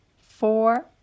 four